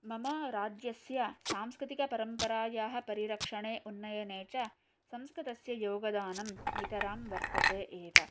मम राज्यस्य सांस्कृतिकपरम्परायाः परिरक्षणे उन्नयने च संस्कृतस्य योगदानं नितरां वर्तते एव